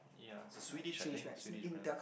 ya is a Swedish I think Swedish brand